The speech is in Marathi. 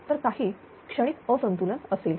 तर काही क्षणिक असंतुलन असेल